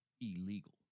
illegal